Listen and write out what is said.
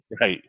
Right